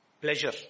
Pleasure